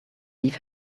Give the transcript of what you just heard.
leave